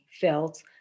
felt